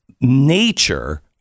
nature